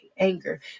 anger